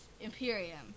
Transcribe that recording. Imperium